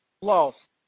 lost